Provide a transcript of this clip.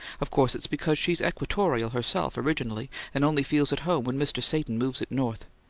of course it's because she's equatorial, herself, originally, and only feels at home when mr. satan moves it north.